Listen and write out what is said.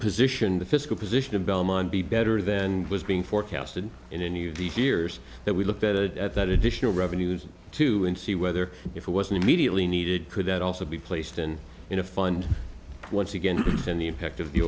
position the fiscal position in belmont be better than was being forecasted in any of the fears that we looked at it at that additional revenues two and see whether if it wasn't immediately needed could that also be placed in in a fund once again and the impact of the